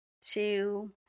Two